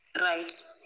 Right